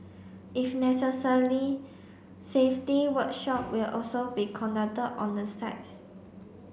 if necessary safety workshop will also be conducted on the sites